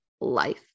life